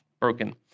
broken